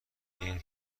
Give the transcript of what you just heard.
این